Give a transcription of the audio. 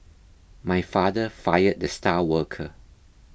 my father fired the star worker